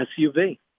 SUV